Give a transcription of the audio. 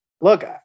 Look